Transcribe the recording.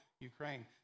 Ukraine